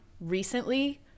recently